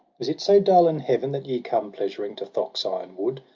is it so dull in heaven, that ye come pleasuring to thok's iron wood?